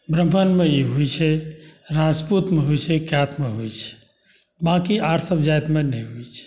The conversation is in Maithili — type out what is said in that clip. ब्राह्मणमे ई होइत छै राजपूतमे होइत छै कायस्थमे होइत छै बाँकी आर सभजातिमे नहि होइत छै